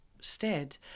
stead